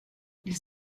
ils